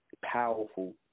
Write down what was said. powerful